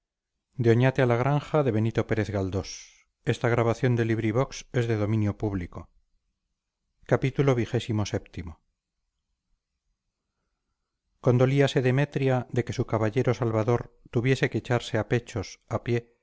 condolíase demetria de que su caballero salvador tuviese que echarse a pechos a pie